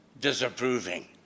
disapproving